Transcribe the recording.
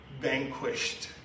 vanquished